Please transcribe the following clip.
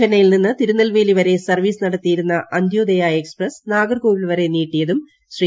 ചെന്നൈയിൽ നിന്ന് തിരുനെൽവേലി വരെ സർവ്വീസ് നടത്തിയിരുന്ന അന്ത്യോദ്യിട്ട് എക്സ്പ്രസ് നാഗർകോവിൽ വരെ നീട്ടിയതും ശ്രീ